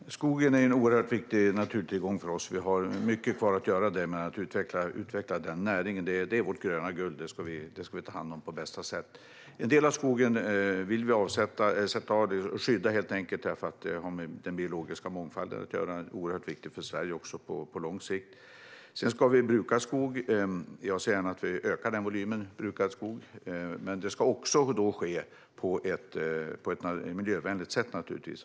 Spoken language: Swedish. Fru talman! Skogen är en oerhört viktig naturtillgång för oss. Vi har mycket kvar att göra med att utveckla den näringen. Skogen är vårt gröna guld, och det ska vi ta hand om på bästa sätt. En del av skogen vill vi sätta av och skydda. Det har att göra med den biologiska mångfalden, som är oerhört viktig för Sverige också på lång sikt. Vi ska också bruka skog. Jag ser gärna att vi ökar volymen brukad skog, men det ska ske på ett miljövänligt sätt.